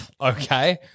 okay